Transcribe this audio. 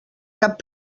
cap